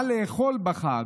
מה לאכול בחג.